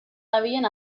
dabilen